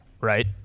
Right